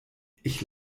ich